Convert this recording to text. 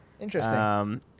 Interesting